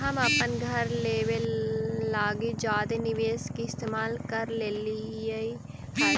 हम अपन घर लेबे लागी जादे निवेश के इस्तेमाल कर लेलीअई हल